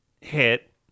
hit